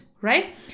right